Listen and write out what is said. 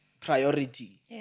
priority